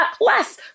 less